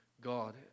God